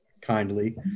kindly